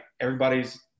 everybody's